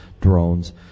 drones